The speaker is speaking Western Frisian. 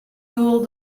doel